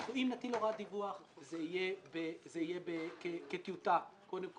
אם נטיל הוראת דיווח, זה יהיה כטיוטה, קודם כל.